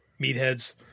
Meatheads